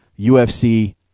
UFC